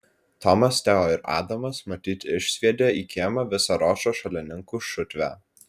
tomas teo ir adamas matyt išsviedė į kiemą visą ročo šalininkų šutvę